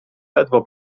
ledwo